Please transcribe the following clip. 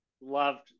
loved